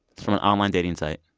from an online dating site.